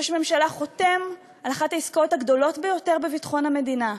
ראש הממשלה חותם על אחת העסקאות הגדולות ביותר בביטחון המדינה,